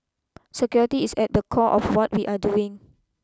security is at the core of what we are doing